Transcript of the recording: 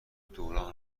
دوران